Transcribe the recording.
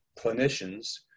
clinicians